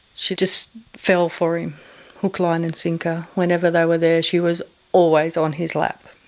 she just fell for him hook, line and sinker. whenever they were there she was always on his lap,